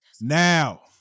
now